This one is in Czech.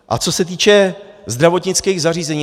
A co se týče zdravotnických zařízení.